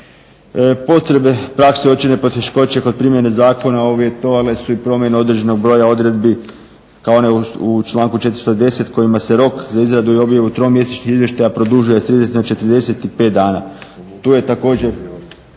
Potrebe prakse uočene poteškoće kod primjene zakona uvjetovale su i promjene određenog broja odredbi, kao one u članku 410. kojima se rok za izradu i objavu tromjesečnih izvještaja produžuje s 30 na 45 dana.